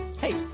Hey